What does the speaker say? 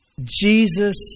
Jesus